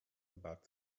about